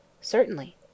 Certainly